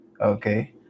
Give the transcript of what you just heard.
Okay